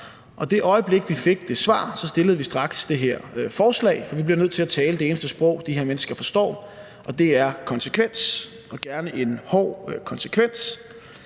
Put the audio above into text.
Og i det øjeblik vi fik det svar, fremsatte vi straks det her forslag, for vi bliver nødt til at tale det eneste sprog, de her mennesker forstår, og det er konsekvens og gerne en hård konsekvens.